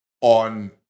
on